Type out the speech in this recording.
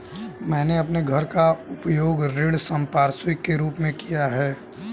मैंने अपने घर का उपयोग ऋण संपार्श्विक के रूप में किया है